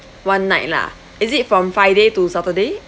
one night lah is it from friday to saturday